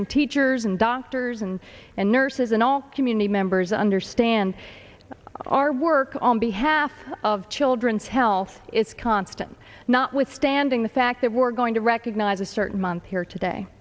and teachers and doctors and nurses and all community members understand our work on behalf of children's health is constant not withstanding the fact that we're going to recognize a certain month here today